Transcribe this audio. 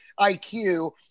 IQ